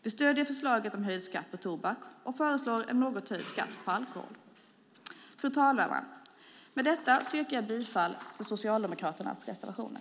Vi stöder förslaget om höjd skatt på tobak och föreslår en något höjd skatt på alkohol. Fru talman! Med detta yrkar jag bifall till Socialdemokraternas reservationer.